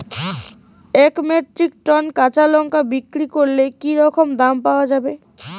এক metric tonne কাঁচা লঙ্কা বিক্রি করলে কি রকম দাম পাওয়া যাবে?